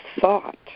thought